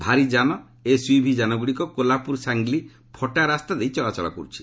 ଭାରି ଯାନ ଓ ଏସ୍ୟୁଭି ଯାନଗ୍ରଡ଼ିକ କୋଲାପୁର ସାଙ୍ଗଲି ଫଟା ରାସ୍ତାରେ ଚଳାଚଳ କରୁଛି